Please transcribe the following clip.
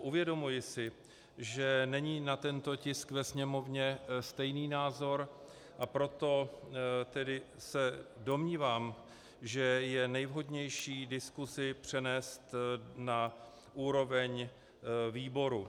Uvědomuji si, že není na tento tisk ve Sněmovně stejný názor, a proto se tedy domnívám, že je nejvhodnější diskusi přenést na úroveň výborů.